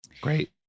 Great